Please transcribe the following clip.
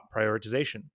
prioritization